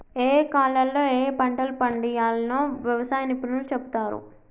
ఏయే కాలాల్లో ఏయే పంటలు పండియ్యాల్నో వ్యవసాయ నిపుణులు చెపుతారు